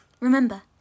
Remember